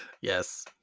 yes